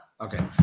okay